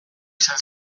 izan